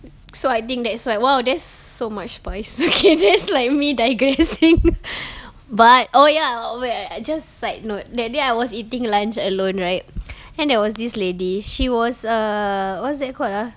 so I think that's like why !wow! there's so much toys okay that's like me digressing but oh ya oh wait I I just side note that day I was eating lunch alone right and there was this lady she was err what's that called ah